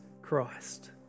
Christ